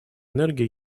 энергия